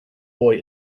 boy